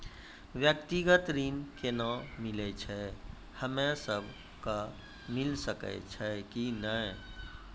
व्यक्तिगत ऋण केना मिलै छै, हम्मे सब कऽ मिल सकै छै कि नै?